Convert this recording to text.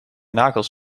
nagels